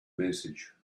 message